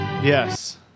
Yes